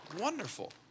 Wonderful